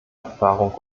erfahrung